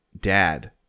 dad